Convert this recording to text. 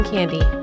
Candy